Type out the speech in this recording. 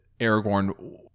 Aragorn